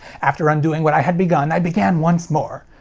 after undoing what i had begun, i began once more.